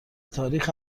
تاریخ